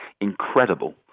incredible